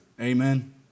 Amen